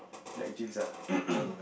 black jeans ah